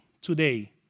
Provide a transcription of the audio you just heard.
today